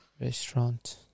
Restaurant